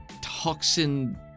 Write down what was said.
toxin